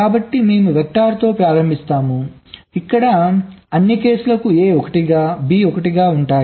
కాబట్టి మేము వెక్టార్తో ప్రారంభిస్తాము ఇక్కడ అన్ని కేసులకు a 1 గా బి 1 గా ఉంటాయి